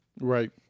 Right